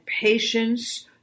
patience